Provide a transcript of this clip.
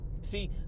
See